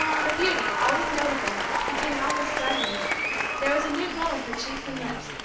her beauty, always notable, became almost startling there was a new glow in her cheeks and lips,